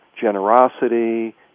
generosity